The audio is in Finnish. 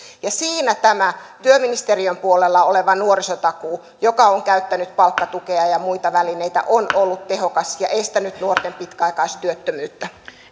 töihin siinä tämä työministeriön puolella oleva nuorisotakuu joka on käyttänyt palkkatukea ja ja muita välineitä on ollut tehokas ja estänyt nuorten pitkäaikaistyöttömyyttä